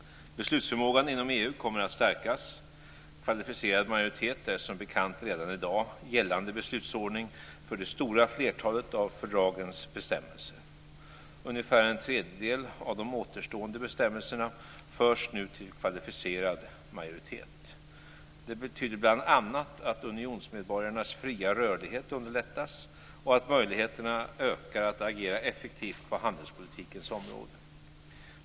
Beslutsförmågan inom EU kommer att stärkas. Kvalificerad majoritet är som bekant redan i dag gällande beslutsordning för det stora flertalet av fördragens bestämmelser. Ungefär en tredjedel av de återstående bestämmelserna förs nu till kvalificerad majoritet. Det betyder bl.a. att unionsmedborgarnas fria rörlighet underlättas och att möjligheterna ökar att agera effektivt på handelspolitikens område.